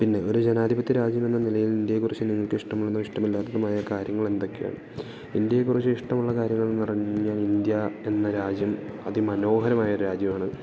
പിന്നെ ഒരു ജനാധിപത്യ രാജ്യം എന്ന നിലയിൽ ഇന്ത്യയെ കുറിച്ച് നിങ്ങൾക്ക് ഇഷ്ടമുള്ളതും ഇഷ്ടമില്ലാത്തത്തുമായ കാര്യങ്ങൾ എന്തൊക്കെയാണ് ഇന്ത്യയെക്കുറിച്ച് ഇഷ്ടമുള്ള കാര്യങ്ങൾന്ന് പറഞ്ഞു കഴിഞ്ഞാൽ ഇന്ത്യ എന്ന രാജ്യം അതി മനോഹരമായ രാജ്യമാണ്